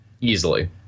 Easily